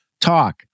talk